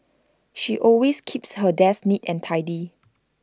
she always keeps her desk neat and tidy